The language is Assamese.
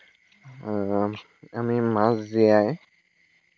আমি মাছ জীয়াই